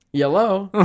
yellow